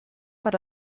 per